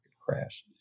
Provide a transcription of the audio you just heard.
crash